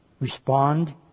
respond